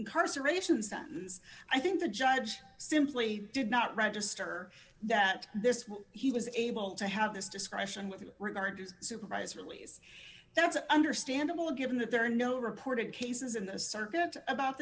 incarceration sentence i think the judge simply did not register that this was he was able to have this discretion with regard to supervised release that's understandable given that there are no reported cases in the circuit about